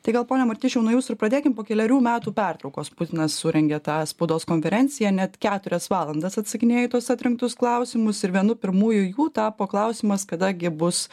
tai gal pone martišiau nuo jūsų ir pradėkim po kelerių metų pertraukos putinas surengė tą spaudos konferenciją net keturias valandas atsakinėjo į tuos atrinktus klausimus ir vienu pirmųjų jų tapo klausimas kada gi bus